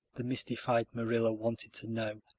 the mystified marilla wanted to know.